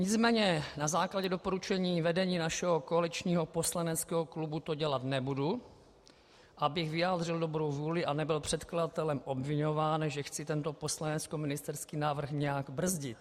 Nicméně na základě doporučení vedení našeho koaličního poslaneckého klubu to dělat nebudu, abych vyjádřil dobrou vůli a nebyl předkladatelem obviňován, že chci tento poslaneckoministerský návrh nějak brzdit.